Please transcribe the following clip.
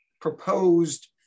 proposed